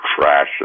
trash